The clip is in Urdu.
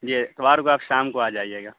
جی اتوار کو آپ شام کو آ جائیے گا